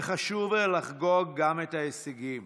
וחשוב לחגוג גם את ההישגים,